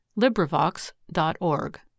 LibriVox.org